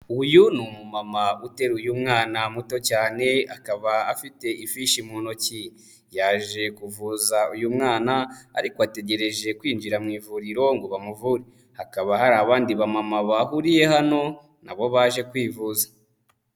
Uyu ni umumama uteruye umwana muto cyane akaba afite ifishi mu ntoki, yaje kuvuza uyu mwana ariko ategereje kwinjira mu ivuriro ngo bamuvure, hakaba hari abandi ba mama bahuriye hano na bo baje kwivuza.